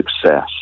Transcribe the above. success